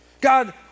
God